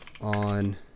on